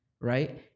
Right